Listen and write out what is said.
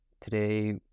today